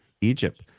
Egypt